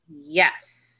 Yes